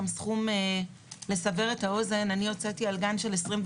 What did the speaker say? כדי לסבר את האוזן אני רק אתן לכם סכום.